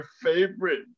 favorite